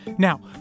Now